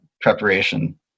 preparation